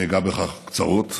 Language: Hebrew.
אני אגע בכך קצרות,